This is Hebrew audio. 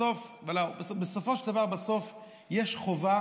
בסופו של דבר, בסוף, יש חובה